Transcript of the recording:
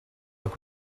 look